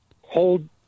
hold